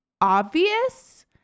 obvious